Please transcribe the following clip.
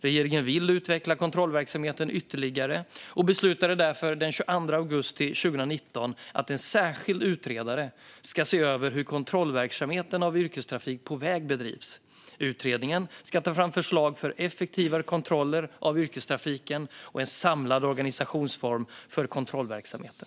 Regeringen vill utveckla kontrollverksamheten ytterligare och beslutade därför den 22 augusti 2019 att en särskild utredare ska se över hur kontrollverksamheten av yrkestrafik på väg bedrivs. Utredningen ska ta fram förslag för effektivare kontroller av yrkestrafiken och en samlad organisationsform för kontrollverksamheten.